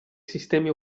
sistemi